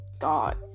God